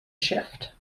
shift